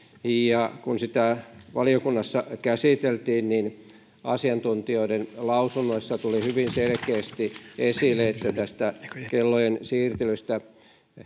ja kun sitä valiokunnassa käsiteltiin niin asiantuntijoiden lausunnoissa tuli hyvin selkeästi esille että tästä kellojen siirtelystä